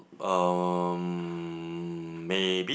uh maybe